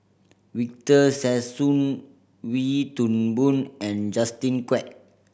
Victor Sassoon Wee Toon Boon and Justin Quek